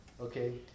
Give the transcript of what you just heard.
okay